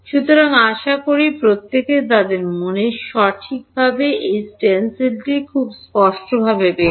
সুতরাং আশা করি প্রত্যেকে তাদের মনের সঠিকভাবে এই স্টেনসিলটি খুব স্পষ্টভাবে পেয়েছেন